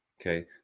Okay